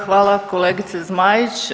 Hvala kolegice Zmaić.